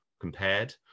compared